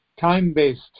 Time-based